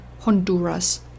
Honduras